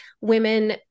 women